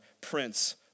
Prince